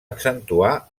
accentuar